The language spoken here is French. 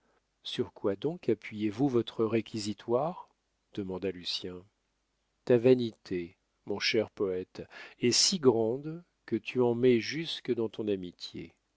sur quoi donc appuyez-vous votre réquisitoire demanda lucien ta vanité mon cher poète est si grande que tu en mets jusque dans ton amitié